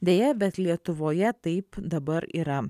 deja bet lietuvoje taip dabar yra